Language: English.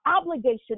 obligation